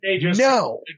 No